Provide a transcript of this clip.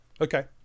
Okay